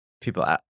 people